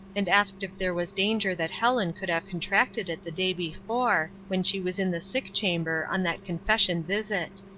and asked if there was danger that helen could have contracted it the day before, when she was in the sick-chamber on that confession visit.